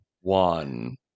one